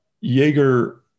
Jaeger